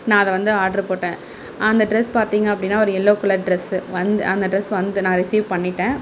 நான் அதை வந்து ஆர்ட்ரு போட்டேன் அந்த ட்ரெஸ் பார்த்திங்க அப்படின்னா ஒரு எல்லோ கலர் ட்ரெஸ்ஸு வந் அந்த ட்ரெஸ் வந்து நான் ரிசீவ் பண்ணிவிட்டேன்